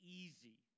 easy